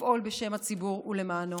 לפעול בשם הציבור ולמענו.